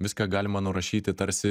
viską galima nurašyti tarsi